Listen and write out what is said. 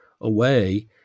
away